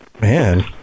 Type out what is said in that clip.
Man